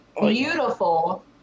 beautiful